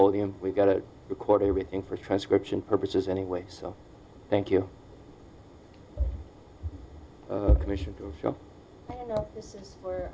and we've got to record everything for transcription purposes anyway so thank you commission